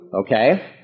Okay